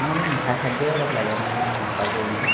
নহয় মোক মিঠা খাদ্যই অলপ লাগে মানে নাষ্টা কৰিম আৰু